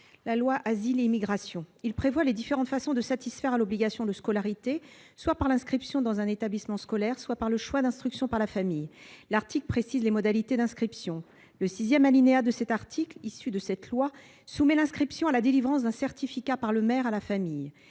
et une intégration réussie. Il prévoit les différentes façons de satisfaire à l'obligation de scolarité, soit par l'inscription dans un établissement scolaire, soit par le choix d'instruction par la famille, et précise les modalités d'inscription. Son sixième alinéa, issu de la loi susmentionnée, soumet l'inscription de l'enfant à la délivrance d'un certificat par le maire à la famille